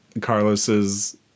Carlos's